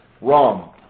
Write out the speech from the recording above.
Wrong